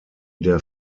der